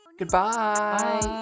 Goodbye